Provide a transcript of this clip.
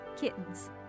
kittens